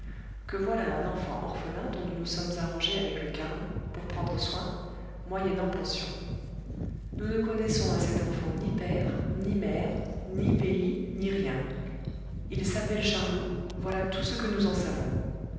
que voilà un enfant orphelin dont nous nous sommes arrangés avec le carme pour prendre soin moyennant pension nous ne connaissons à cet enfant ni père ni mère ni pays ni rien il s'appelle charlot voilà tout ce que nous en savons